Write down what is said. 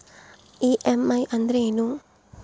EMI ಅಂದ್ರೇನು?